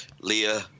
leah